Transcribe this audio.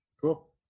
cool